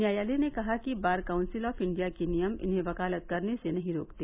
न्यायालय ने कहा कि बार काउंसिल ऑफ इंडिया के नियम इन्हें वकालत करने से नहीं रोकते